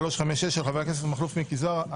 פ/356/24 של חבר הכנסת מכלוף מיקי זוהר.